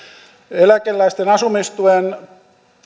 eläkeläisten asumistuen